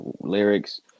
lyrics